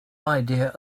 idea